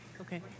Okay